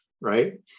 right